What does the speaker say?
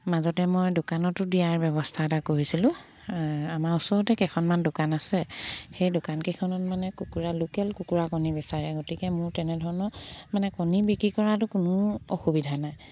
মাজতে মই দোকানতো দিয়াৰ ব্যৱস্থা এটা কৰিছিলোঁ আমাৰ ওচৰতে কেইখনমান দোকান আছে সেই দোকানকেইখনত মানে কুকুৰা লোকেল কুকুৰা কণী বিচাৰে গতিকে মোৰ তেনেধৰণৰ মানে কণী বিক্ৰী কৰাতো কোনো অসুবিধা নাই